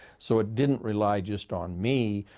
so it didn't rely just on me,